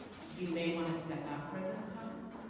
you may want to step out for this talk